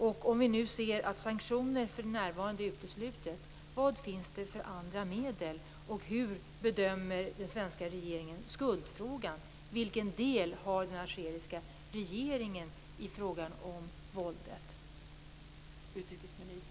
Om sanktioner för närvarande är uteslutet, vad finns det för andra medel? Och hur bedömer den svenska regeringen skuldfrågan? Hur stor del har den algeriska regeringen i fråga om våldet?